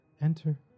enter